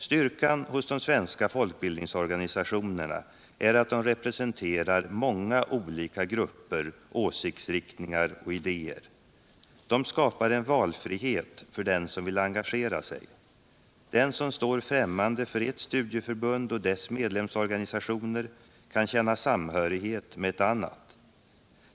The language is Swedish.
Styrkan hos de svenska folkbildningsorganisationerna är att de representerar många olika grupper, åsiktsriktningar och idéer. De skapar en valfrihet för den som vill engagera sig. Den som står främmande för ett studieförbund och dess medlemsorganisationer kan känna samhörighet med ett annat.